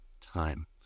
time